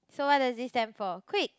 so what does this stand for quick